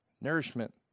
Nourishment